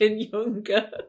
younger